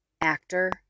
actor